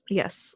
yes